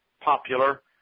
popular